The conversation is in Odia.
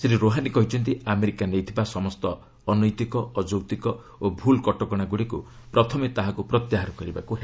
ଶ୍ରୀ ରୋହାନି କହିଛନ୍ତି ଆମେରିକା ନେଇଥିବା ସମସ୍ତ ଅନୈତିକ ଅଯୌକ୍ତିକ ଓ ଭୁଲ୍ କଟକଣାଗୁଡ଼ିକୁ ପ୍ରଥମେ ତାକୁ ପ୍ରତ୍ୟାହାର କରିବାକୁ ହେବ